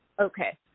Okay